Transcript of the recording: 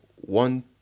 one